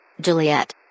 Juliet